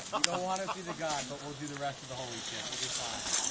um don't want to see the god, but we'll do the rest of the holy shit. we'll be fine.